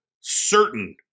certain